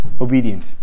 obedient